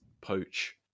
poach